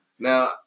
Now